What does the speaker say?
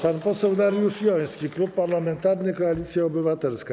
Pan poseł Dariusz Joński, Klub Parlamentarny Koalicja Obywatelska.